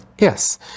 Yes